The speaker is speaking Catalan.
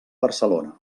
barcelona